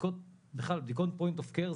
בכלל בדיקות פוינט אוף קר,